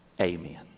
amen